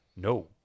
No